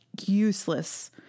useless